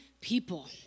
people